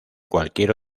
cualquier